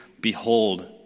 behold